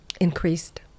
increased